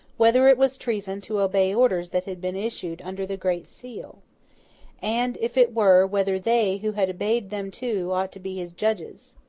whether it was treason to obey orders that had been issued under the great seal and, if it were, whether they, who had obeyed them too, ought to be his judges?